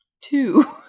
two